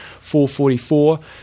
444